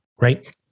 right